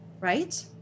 right